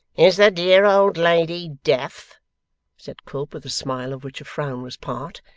is the dear old lady deaf said quilp, with a smile of which a frown was part.